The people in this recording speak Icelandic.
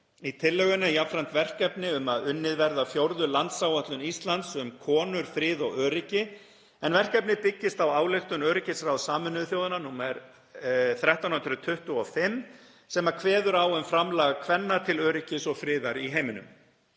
Í tillögunni er jafnframt verkefni um að unnið verði að fjórðu landsáætlun Íslands um konur, frið og öryggi, en verkefnið byggist á ályktun öryggisráðs Sameinuðu þjóðanna nr. 1325 sem kveður á um framlag kvenna til öryggis og friðar í heiminum.